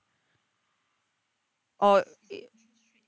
oh it